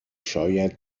شاید